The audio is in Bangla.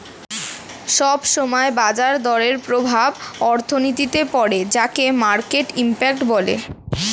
সব সময় বাজার দরের প্রভাব অর্থনীতিতে পড়ে যাকে মার্কেট ইমপ্যাক্ট বলে